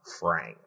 Frank